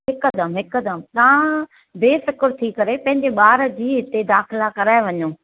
हिकदमि हिकदमि तव्हां बेफ़िक्र थी करे पंहिंजे ॿार जी हिते दाख़िला कराए वञो